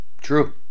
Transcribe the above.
true